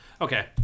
Okay